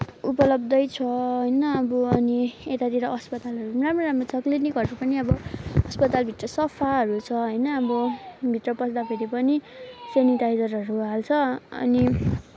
उपलब्धै छ होइन अब अनि यतातिर अस्पतालहरू नि राम्रो राम्रो छ अब क्लिनिकहरू पनि अब अस्पतालभित्र सफाहरू छ होइन अब भित्र पस्दाखेरि पनि सेनिटाइजरहरू हाल्छ अनि